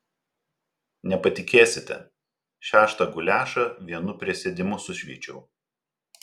nepatikėsite šeštą guliašą vienu prisėdimu sušveičiau